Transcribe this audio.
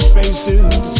faces